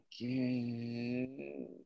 again